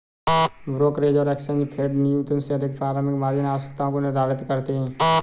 brokerage और exchange फेडन्यूनतम से अधिक प्रारंभिक मार्जिन आवश्यकताओं को निर्धारित करते हैं